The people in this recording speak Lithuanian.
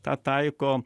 tą taiko